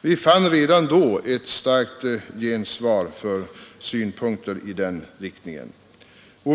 Vi fick redan då ett starkt gensvar för synpunkter i den riktningen.